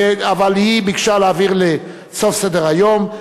אבל היא ביקשה להעביר לסוף סדר-היום.